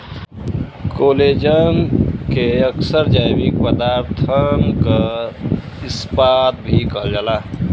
collagen के अक्सर जैविक पदारथन क इस्पात भी कहल जाला